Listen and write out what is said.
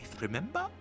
remember